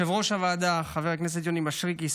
יושב-ראש הוועדה חבר הכנסת יוני מישרקי,